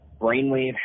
Brainwave